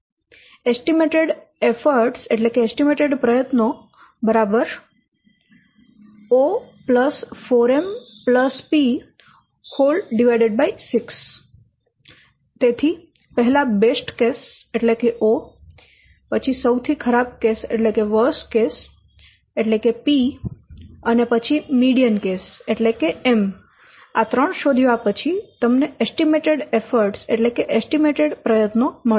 estimated પ્રયત્નો O 4M P 6 તેથી પહેલા બેસ્ટ કેસ O સૌથી ખરાબ કેસ P અને મીડીયન કેસ M શોધ્યા પછી તમને એસ્ટીમેટેડ પ્રયત્નો મળશે